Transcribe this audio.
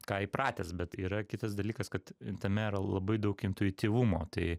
ką įpratęs bet yra kitas dalykas kad tame yra labai daug intuityvumo tai